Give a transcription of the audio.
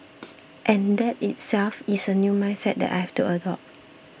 and that in itself is a new mindset that I have to adopt